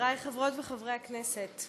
חברי חברות וחברי הכנסת,